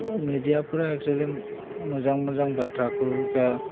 मेडियाफोरा एक्सुयेलि मोजां मोजां बाथ्राखौ जा